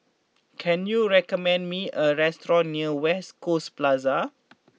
can you recommend me a restaurant near West Coast Plaza